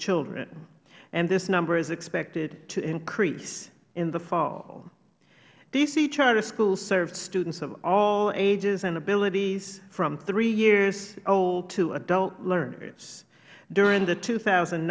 children and this number is expected to increase in the fall d c charter schools serve students of all ages and abilities from three years old to adult learners during the